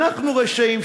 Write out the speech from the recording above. אנחנו רשעים.